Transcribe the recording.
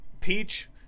Peach